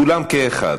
כולם כאחד,